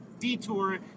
detour